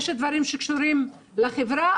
יש דברים שקשורים לחברה,